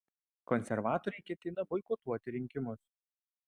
konservatoriai ketina boikotuoti rinkimus